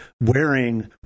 wearing